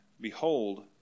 behold